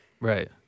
Right